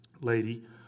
lady